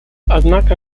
однако